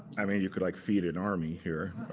i mean you could like feed an army here.